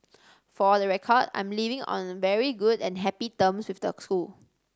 for the record I'm leaving on very good and happy terms with the school